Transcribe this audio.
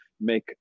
make